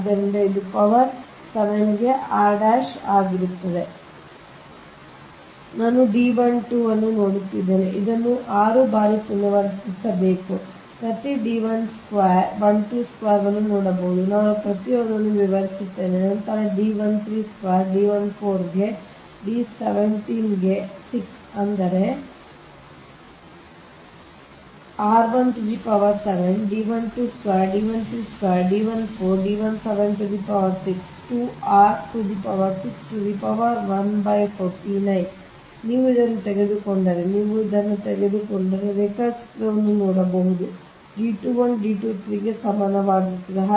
ಆದ್ದರಿಂದ ಇದು ಪವರ್ 7 ಗೆ r ಆಗಿರಬೇಕು ನಾನು D12² ಮಾಡುತ್ತಿದ್ದೇನೆ ಅದನ್ನು 6 ಬಾರಿ ಪುನರಾವರ್ತಿಸಬೇಕು ನೀವು ಪ್ರತಿ D12² ವನ್ನು ನೋಡಬಹುದು ನಾನು ಪ್ರತಿಯೊಂದನ್ನು ವಿವರಿಸುತ್ತೇನೆ ನಂತರ D13² D 14 ಗೆ D 17 ಗೆ 6 ಅಂದರೆ ನೀವು ಇದನ್ನು ತೆಗೆದುಕೊಂಡರೆ ನೀವು ಇದನ್ನು ತೆಗೆದುಕೊಂಡರೆ ನೀವು ಈ ರೇಖಾಚಿತ್ರವನ್ನು ತೆಗೆದುಕೊಂಡರೆ ಸಮಾನವಾಗಿರುತ್ತದೆ ನೀವು ಇದನ್ನು ಪರಿಗಣಿಸಿದರೆ D 21 D 23 ಗೆ ಸಮಾನವಾಗಿರುತ್ತದೆ